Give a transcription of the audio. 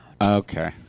Okay